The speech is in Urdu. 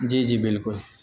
جی جی بالکل